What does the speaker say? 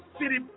city